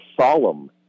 solemn